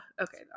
Okay